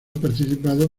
participado